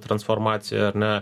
transformacija ar ne